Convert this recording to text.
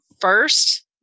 first